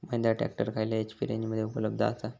Mahindra tractor खयल्या HP रेंजमध्ये उपलब्ध आसा?